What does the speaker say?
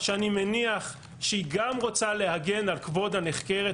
שאני מניח שהיא גם רוצה להגן על כבוד הנחקרת,